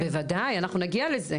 בוודאי, אנחנו נגיע לזה.